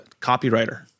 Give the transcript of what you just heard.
Copywriter